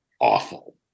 awful